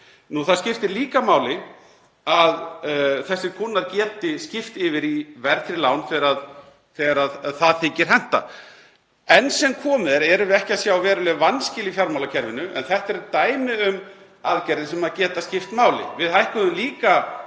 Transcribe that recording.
Það skiptir líka máli að þessir kúnnar geti skipt yfir í verðtryggð lán þegar það þykir henta. Enn sem komið er erum við ekki að sjá veruleg vanskil í fjármálakerfinu en þetta eru dæmi um (Forseti hringir.) aðgerðir sem geta skipt máli. Við hækkuðum líka